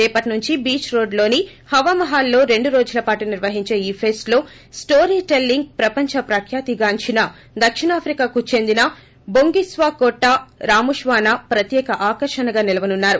రేపట్సు ంచి beach road లోని హవామహల్ లో రెండు రోజులపాటు నిర్వహించే ఈ ఫెస్ట్ లో స్లోరీ టెల్లింగ్ ప్రపంచప్రఖ్యాతి గాంచిన దక్షిణాఫ్రికాకు చెందిన బొంగిస్వాకొట్టా రాముష్వానా ప్రత్యేక ఆకర్షణగా నిలవనున్నారు